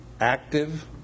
active